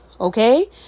Okay